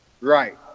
Right